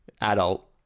adult